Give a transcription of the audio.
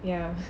ya